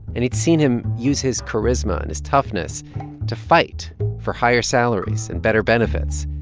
and he'd seen him use his charisma and his toughness to fight for higher salaries and better benefits.